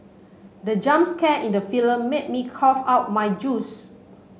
the jump scare in the film made me cough out my juice